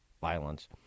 violence